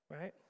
right